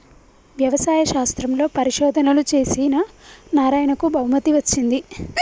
వ్యవసాయ శాస్త్రంలో పరిశోధనలు చేసిన నారాయణకు బహుమతి వచ్చింది